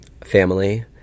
Family